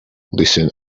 listen